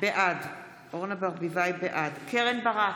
בעד קרן ברק,